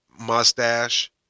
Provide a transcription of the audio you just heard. mustache